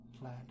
plan